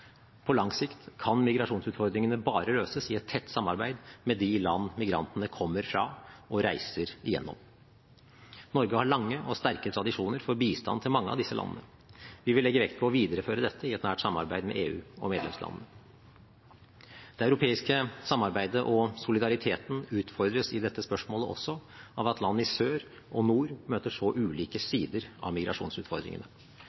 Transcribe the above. på de tre områdene. På lang sikt kan migrasjonsutfordringene bare løses i tett samarbeid med de land migrantene kommer fra og reiser gjennom. Norge har lange og sterke tradisjoner for bistand til mange av disse landene. Vi vil legge vekt på å videreføre dette i nært samarbeid med EU og medlemslandene. Det europeiske samarbeidet og solidariteten utfordres i dette spørsmålet også av at land i sør og nord møter så ulike